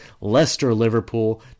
Leicester-Liverpool